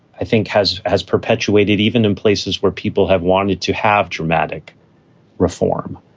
i think has has perpetuated even in places where people have wanted to have dramatic reform.